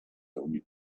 only